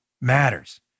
matters